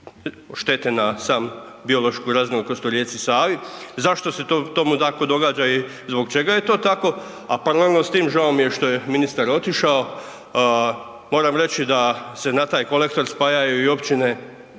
štete na samu biološku raznolikost u rijeci Savi. Zašto se tomu tako događa i zbog čega je to tako? A paralelno s tim, žao mi je što je ministar otišao, moram reći da se na taj kolektor spajaju i općine